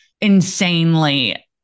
insanely